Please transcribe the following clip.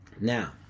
Now